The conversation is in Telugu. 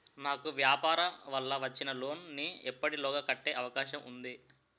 నాకు వ్యాపార వల్ల వచ్చిన లోన్ నీ ఎప్పటిలోగా కట్టే అవకాశం ఉంది?